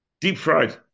deep-fried